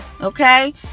Okay